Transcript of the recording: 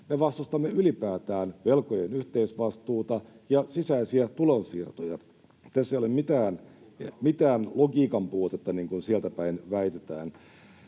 me vastustamme ylipäätään velkojen yhteisvastuuta ja sisäisiä tulonsiirtoja. Tässä ei ole mitään logiikan puutetta, niin kuin sieltäpäin väitetään.